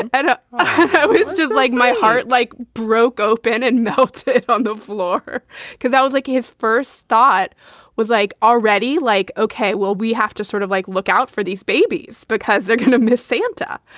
and and it's just like my heart, like, broke open and notes on the floor because that was like his first thought was like already like, ok, well, we have to sort of like, look out for these babies because they're kind of miss santa.